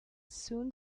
soon